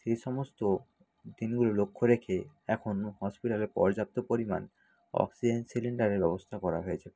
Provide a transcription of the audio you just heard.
সেই সমস্ত দিনগুলো লক্ষ্য রেখে এখন হসপিটালে পর্যাপ্ত পরিমাণ অক্সিজেন সিলিণ্ডারের ব্যবস্থা করা হয়েছে